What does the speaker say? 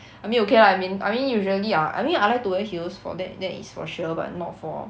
I mean okay lah I mean I mean usually I'll I mean I like to wear heels for that that is for sure but not for